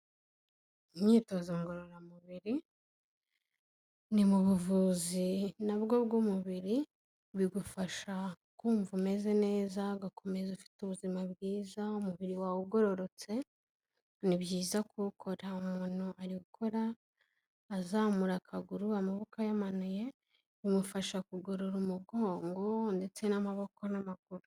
Imyitozo ngororamubiri ni mu buvuzi nabwo bw'umubiri bigufasha kumva umeze neza ugakomeza ufite ubuzima bwiza umubiri wawe ugororotse, ni byiza kuwukora umuntu ari gukora azamura akaguru amaboko ayamanuye, bimufasha kugorora umugongo ndetse n'amaboko n'amaguru.